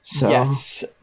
Yes